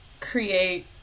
create